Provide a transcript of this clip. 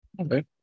Okay